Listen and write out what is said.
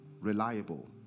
Reliable